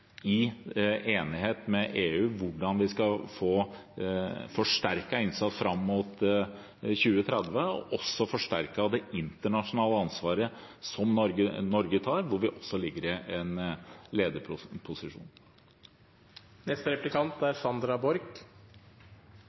i enighet med EU, om hvordan vi skal forsterke innsatsen fram mot 2030, og også forsterke det internasjonale ansvaret som Norge tar, hvor vi også ligger i en